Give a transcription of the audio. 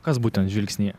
kas būtent žvilgsnyje